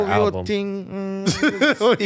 album